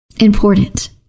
important